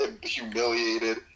humiliated